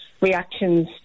reactions